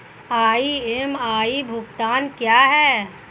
EMI भुगतान क्या है?